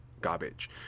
garbage